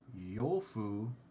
Yolfu